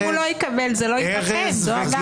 אם הוא לא יקבל זה לא ייבחן, זו הבעיה.